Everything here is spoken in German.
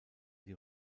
die